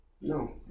No